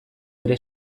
bere